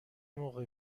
موقع